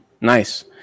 Nice